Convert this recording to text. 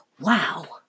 wow